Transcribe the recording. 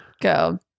go